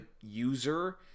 user—